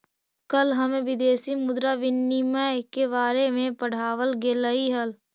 कल हमें विदेशी मुद्रा विनिमय के बारे में पढ़ावाल गेलई हल